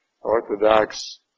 Orthodox